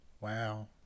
Wow